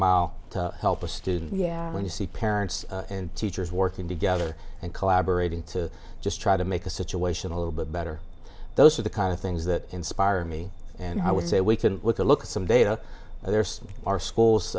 mile to help a student yeah when you see parents and teachers working together and collaborating to just try to make the situation a little bit better those are the kind of things that inspire me and i would say we can look at look at some data there's our schools